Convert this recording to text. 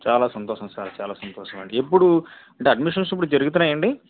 చాలా సంతోషం సార్ చాలా సంతోషం ఎప్పుడు అంటే ఇప్పుడు అడ్మిషన్స్ ఇప్పుడు జరుగుతున్నాయండి